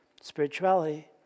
spirituality